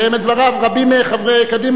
רבים מחברי קדימה לא יהיו פה.